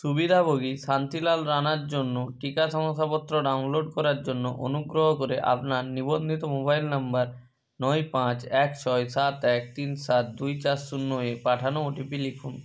সুবিধাভোগী শান্তিলাল রাণার জন্য টিকা শংসাপত্র ডাউনলোড করার জন্য অনুগ্রহ করে আপনার নিবন্ধিত মোবাইল নাম্বার নয় পাঁচ এক ছয় সাত এক তিন সাত দুই চার শূন্যয় পাঠানো ওটিপি লিখুন